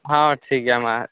ᱦᱚᱸ ᱴᱷᱤᱠ ᱜᱮ ᱭᱟᱢᱟ